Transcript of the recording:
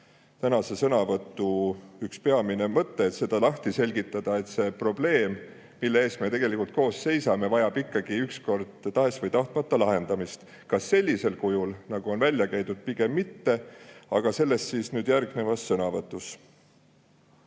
tänase sõnavõtu üks peamine mõte ongi selgitada, et see probleem, mille ees me tegelikult koos seisame, vajab ükskord ikkagi tahes või tahtmata lahendamist. Kas sellisel kujul, nagu on välja käidud? Pigem mitte. Aga sellest nüüd järgnevas